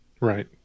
Right